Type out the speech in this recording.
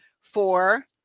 for-